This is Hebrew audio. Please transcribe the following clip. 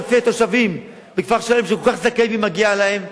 אלפי תושבים בכפר-שלם שכל כך זכאים ומגיע להם?